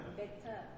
better